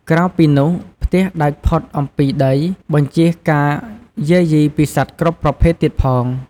ក្រៅអំពីនោះ ផ្ទះដាច់ផុតអំពីដីបញ្ចៀសការយារយីពីសត្វគ្រប់ប្រភេទទៀតផង។